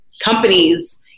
companies